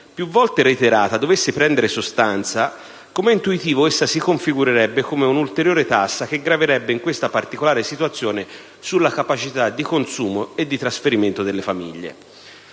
più volte reiterata dovesse prendere sostanza, come è intuitivo, essa si configurerebbe come una ulteriore tassa che graverebbe in questa particolare situazione sulla capacità di consumo e di trasferimento delle famiglie.